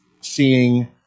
seeing